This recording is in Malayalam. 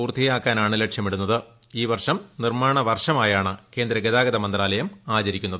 പൂർത്തിയാക്കാനാണ് ലക്ഷ്യമിടുന്നത് ഈ വർഷം നിർമ്മാണ വർഷമായാണ് കേന്ദ്ര ഗതാഗത മന്ത്രാലയം ആചരിക്കുന്നത്